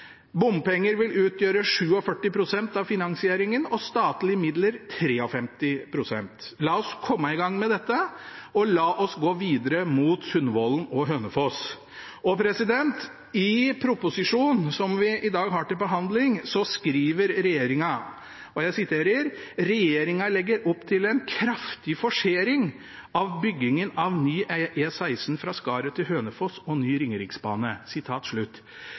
Bompenger vil utgjøre 47 pst. av finansieringen og statlige midler 53 pst. La oss komme i gang med dette, og la oss gå videre mot Sundvollen og Hønefoss. I proposisjonen som vi i dag har til behandling, skriver regjeringen: «Regjeringen legger opp til en kraftig forsering av byggingen av ny E16 fra Skaret til Hønefoss og ny Ringeriksbane.»